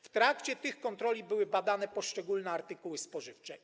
W trakcie tych kontroli były badane poszczególne artykuły spożywcze.